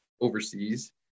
overseas